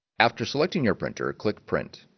after selecting your printer click print